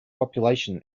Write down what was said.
population